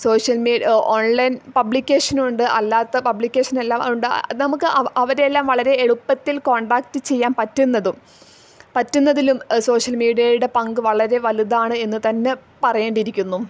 social online പബ്ലിക്കേഷനുമുണ്ട് അല്ലാത്ത പബ്ലിക്കേഷനും എല്ലാം ഉണ്ട് നമുക്ക് അവരെയെല്ലാം വളരെ എളുപ്പത്തിൽ കോണ്ടാക്ട് ചെയ്യാൻ പറ്റുന്നതും പറ്റുന്നതിലും സോഷ്യൽ മീഡിയയുടെ പങ്ക് വളരെ വലുതാണ് എന്ന് തന്നെ പറയേണ്ടിയിരിക്കുന്നു